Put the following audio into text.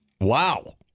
Wow